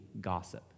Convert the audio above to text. gossip